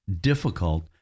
difficult